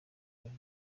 wari